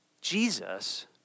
Jesus